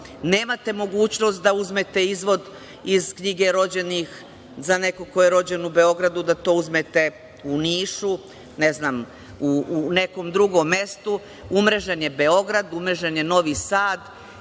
Nemate mogućnost da uzmete izvod iz knjige rođenih za nekog ko je rođen u Beogradu da to uzmete u Nišu, ne znam, u nekom drugom mestu. Umrežen je Beograd, umrežen je Novi Sadi